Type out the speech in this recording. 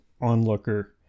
onlooker